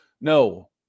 No